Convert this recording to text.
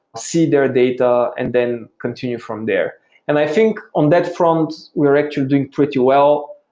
see their data and then continue from there and i think on that front, we're actually doing pretty well.